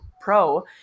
pro